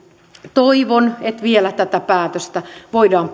toivon että vielä tätä päätöstä voidaan